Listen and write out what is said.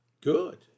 good